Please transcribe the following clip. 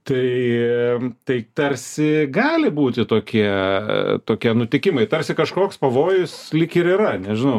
tai tai tarsi gali būti tokie tokie nutikimai tarsi kažkoks pavojus lyg ir yra nežinau